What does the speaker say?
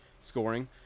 scoring